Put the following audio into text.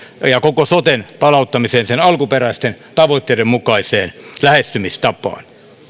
ja koko soten palauttamiseen sen alkuperäisten tavoitteiden mukaiseen lähestymistapaan